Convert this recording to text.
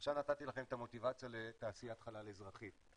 עכשיו נתתי לכם את המוטיבציה לתעשיית חלל אזרחי.